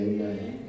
Amen